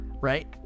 right